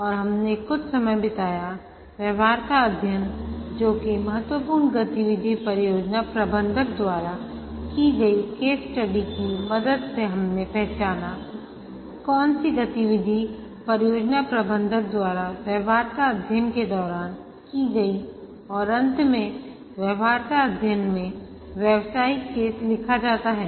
और हमने कुछ समय बिताया व्यवहार्यता अध्ययन जो की महत्वपूर्ण गतिविधि परियोजना प्रबंधक द्वारा की गई केस स्टडी की मदद से हमने पहचाना कौन सी गतिविधि परियोजना प्रबंधक द्वारा व्यवहार्यता अध्ययन के दौरान की गई और अंत मैं व्यवहार्यता अध्ययन मैं व्यवसायिक केस लिखा जाता है